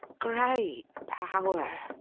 great power!